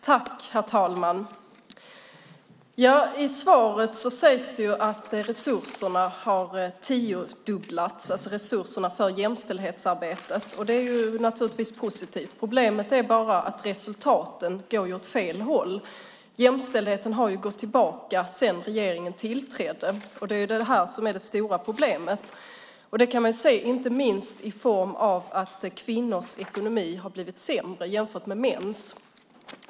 Herr talman! I svaret sägs att resurserna för jämställdhetsarbetet har tiodubblats. Det är naturligtvis positivt. Problemet är att resultaten går åt fel håll. Jämställdheten har gått tillbaka sedan regeringen tillträdde. Det är det som är det stora problemet. Man kan se det på att kvinnors ekonomi har blivit sämre än mäns.